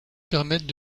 permettent